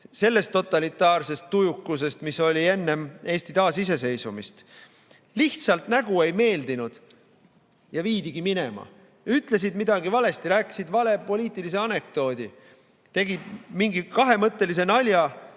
sellest totalitaarsest tujukusest, mis oli enne Eesti taasiseseisvumist: lihtsalt nägu ei meeldinud ja viidigi minema. Ütlesid midagi valesti, rääkisid vale poliitilise anekdoodi, tegid mingi kahemõttelise nalja